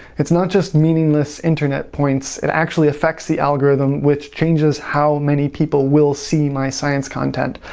it's not just meaningless internet points it actually effects the algorithm which changes how many people will see my science content.